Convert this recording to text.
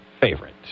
favorite